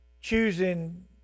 choosing